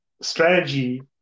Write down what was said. strategy